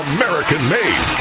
American-made